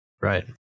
Right